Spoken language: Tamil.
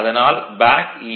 அதனால் பேக் ஈ